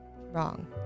Wrong